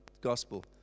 gospel